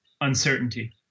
uncertainty